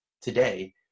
today